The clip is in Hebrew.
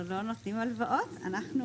אנחנו לא נותנים הלוואות, אנחנו